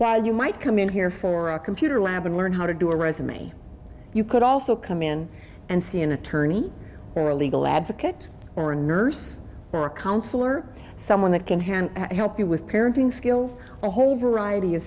while you might come in here for a computer lab and learn how to do a resume you could also come in and see an attorney or a legal advocate or a nurse or a counselor someone that can hand help you with parenting skills a whole variety of